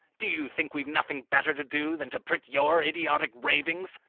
do you think we've nothing better to do than to print your idiotic ravings?